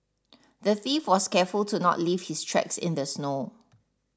the thief was careful to not leave his tracks in the snow